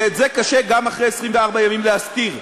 שאת זה קשה גם אחרי 24 ימים להסתיר.